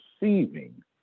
receiving